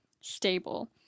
stable